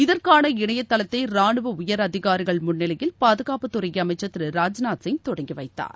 இதற்கான இணையதளத்தை ராணுவ உயர் அதிகாரிகள் முன்னிலையில் பாதுகாப்புத் துறை அமைச்சர் திரு ராஜ்நாத் சிங் தொடங்கி வைத்தார்